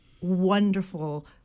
wonderful